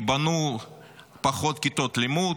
ייבנו פחות כיתות לימוד,